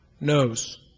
knows